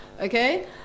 okay